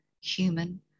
human